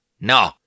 No